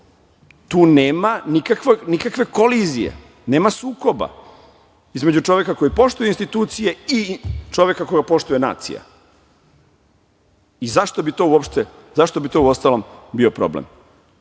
Tu nema nikakve kolizije, nema sukoba između čoveka koji poštuje institucije i čoveka koga poštuje nacija. Zašto bi to uostalom bio problem? Mi